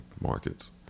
markets